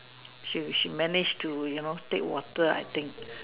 she she managed to you know take water I think